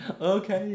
Okay